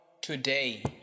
today